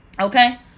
Okay